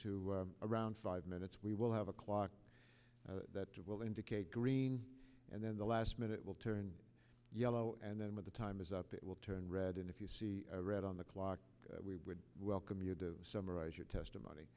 to around five minutes we will have a clock that will indicate green and then the last minute will turn yellow and then when the time is up it will turn red and if you see red on the clock we would welcome you to summarize your testimony